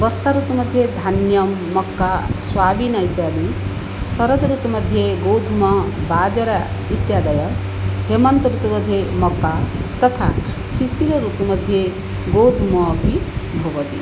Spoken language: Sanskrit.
वर्षा ऋतुमध्ये धान्यं मक्का स्वादिनः इत्यादि शरद् ऋतुमध्ये गोधूमः बाजरः इत्यादयः हेमन्त ऋतुमध्ये मक्का तथा शिशिर ऋतुमध्ये गोधूमः अपि भवति